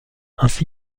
ainsi